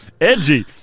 Edgy